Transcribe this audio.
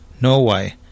Norway